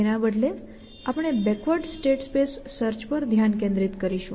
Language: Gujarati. તેના બદલે આપણે બેકવર્ડ સ્ટેટ સ્પેસ સર્ચ પર ધ્યાન કેન્દ્રિત કરીશું